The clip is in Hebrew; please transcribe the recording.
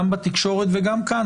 גם בתקשורת וגם כאן,